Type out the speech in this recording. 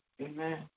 Amen